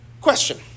Question